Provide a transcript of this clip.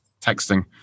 texting